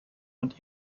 und